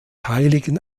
heiligen